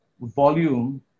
volume